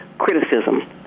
criticism